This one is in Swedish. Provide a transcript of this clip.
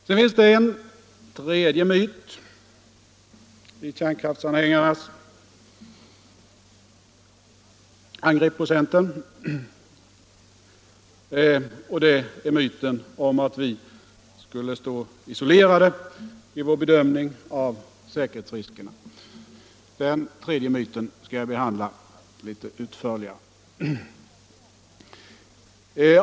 Sedan finns det en tredje myt i kärnkraftsanhängarnas angrepp på centern, och det är myten om att vi skulle stå isolerade i vår bedömning av säkerhetsriskerna. Den tredje myten skall jag behandla litet utförligare.